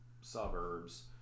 suburbs